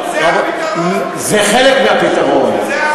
זה הפתרון היחידי?